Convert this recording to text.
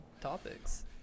topics